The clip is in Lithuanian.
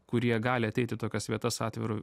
kurie gali ateitį tokias vietas atviru